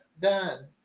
done